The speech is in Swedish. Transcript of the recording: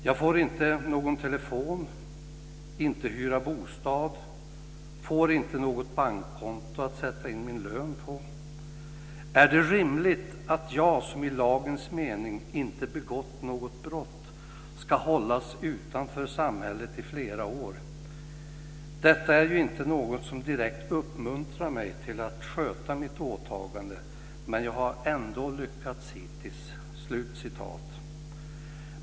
Jag får inte någon telefon, inte hyra bostad, får inte något bankkonto att sätta in min lön på. Är det rimligt att jag som i lagens mening inte begått något brott ska hållas utanför samhället i flera år? Detta är ju inte något som direkt uppmuntrar mig till att sköta mitt åtagande, men jag har ändå lyckats hittills."